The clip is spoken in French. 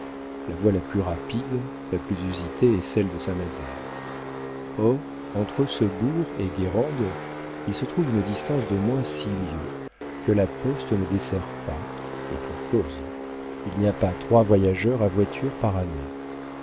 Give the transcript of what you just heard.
la voie la plus rapide la plus usitée est celle de saint-nazaire or entre ce bourg et guérande il se trouve une distance d'au moins six lieues que la poste ne dessert pas et pour cause il n'y a pas trois voyageurs à voiture par année